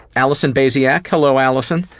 alison baziak, hello alison,